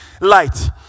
light